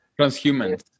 Transhuman